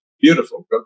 beautiful